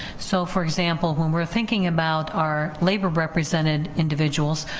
so for example, when we're thinking about our labor represented individuals,